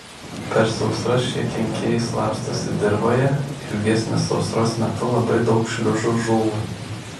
per sausras šie kenkėjai slapstosi dirvoje ilgesnės sausros metu labai daug šliužų žūva